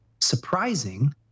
Surprising